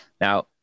Now